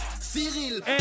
Cyril